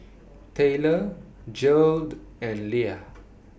Tayler Gearld and Leah